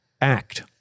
act